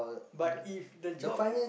but if the job